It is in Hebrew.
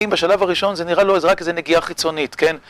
אם בשלב הראשון זה נראה לו רק איזה נגיעה חיצונית, כן?